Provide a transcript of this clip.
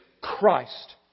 Christ